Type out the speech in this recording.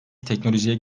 teknolojiye